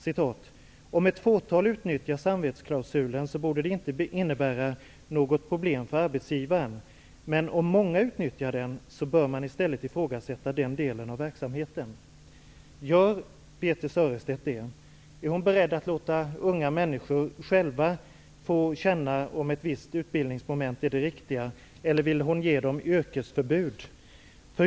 Hon säger: Om ett fåtal utnyttjar samvetsklausulen borde det inte innebära något problem för arbetsgivaren. Men om många utnyttjar den bör man i stället ifrågasätta den delen av verksamheten. Gör Birthe Sörestedt detta? Är hon beredd att låta unga människor själva få känna om ett visst utbildningsmoment är det riktiga, eller vill hon ge dem yrkesförbud?